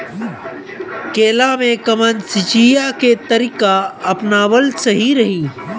केला में कवन सिचीया के तरिका अपनावल सही रही?